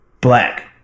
Black